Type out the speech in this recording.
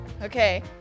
Okay